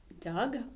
Doug